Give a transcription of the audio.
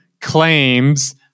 claims